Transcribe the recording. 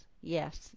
yes